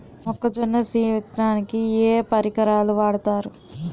మొక్కజొన్న సీడ్ విత్తడానికి ఏ ఏ పరికరాలు వాడతారు?